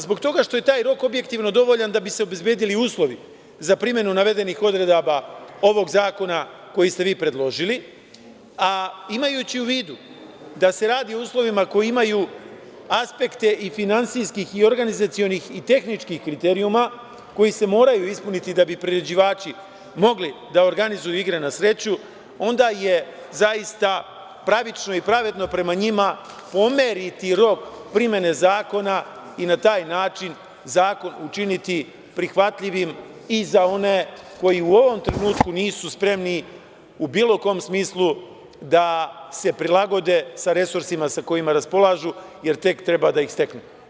Zbog toga što je taj rok objektivno dovoljan da bi se obezbedili uslovi za primenu navedenih odredaba ovog zakona koji ste vi predložili, a imajući u vidu da se radi o uslovima koji imaju aspekte i finansijskih, i organizacionih, i tehničkih kriterijuma, koji se moraju ispuniti da bi priređivači mogli da organizuju igre na sreću, onda je zaista pravično i pravedno prema njima pomeriti rok primene zakona i na taj način zakon učiniti prihvatljivim i za one koji u ovom trenutku nisu spremni, u bilo kom smislu, da se prilagode sa resursima sa kojima raspolažu, jer tek treba da ih steknu.